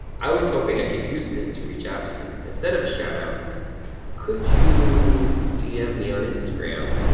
i was hoping i could use this to reach out to you. instead of a shout-out could you dm me on instagram.